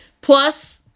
Plus